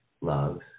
loves